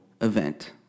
event